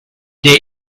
der